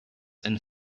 and